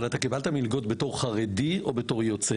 אבל אתה קיבלת מלגות בתור חרדי או בתור יוצא?